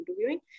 interviewing